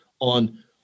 on